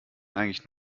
eigentlich